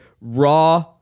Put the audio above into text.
raw